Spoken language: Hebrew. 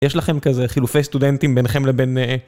יש לכם כזה חילופי סטודנטים ביניכם לביניהם?